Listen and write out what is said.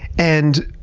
and